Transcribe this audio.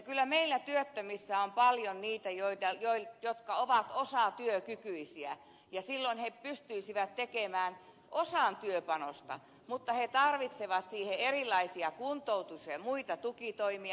kyllä meillä työttömissä on paljon niitä jotka ovat osatyökykyisiä ja silloin he pystyisivät tekemään osan työpanosta mutta he tarvitsevat siihen erilaisia kuntoutus ja muita tukitoimia